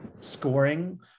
scoring